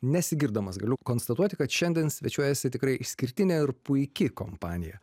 nesigirdamas galiu konstatuoti kad šiandien svečiuojasi tikrai išskirtinė ir puiki kompanija